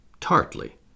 Tartly